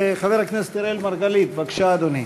חבר הכנסת אראל מרגלית, בבקשה, אדוני.